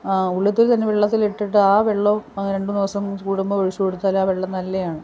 ആ ഉള്ളിത്തൊലി തന്നെ വെള്ളത്തിലിട്ടിട്ട് ആ വെള്ളോം അങ്ങനെ രണ്ട് മൂന്ന് ദിവസം ഒഴിച്ച് കൊടുത്താൽ ആ വെള്ളം നല്ലതാണ്